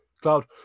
Cloud